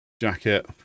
jacket